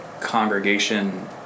congregation